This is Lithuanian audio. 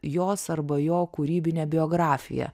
jos arba jo kūrybinę biografiją